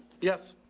yes.